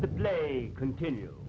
the play continue